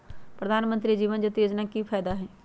प्रधानमंत्री जीवन ज्योति योजना के की फायदा हई?